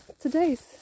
today's